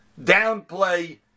downplay